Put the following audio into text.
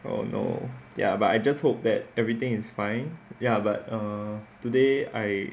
oh no ya but I just hope that everything is fine ya but err today I